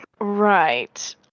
Right